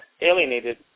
alienated